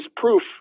proof